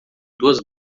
duas